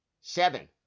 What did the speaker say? Seven